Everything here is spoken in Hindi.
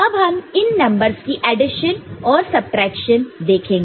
अब हम इन नंबरस की एडिशन और सबट्रैक्शन देखेंगे